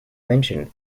mentioned